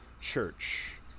church